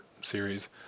series